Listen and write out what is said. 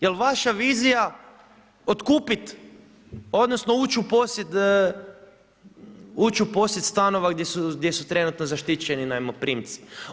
Jel' vaša vizija otkupit odnosno ući u posjed stanova gdje su trenutno zaštićeni najmoprimci?